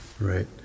Right